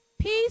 Peace